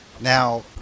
Now